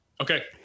Okay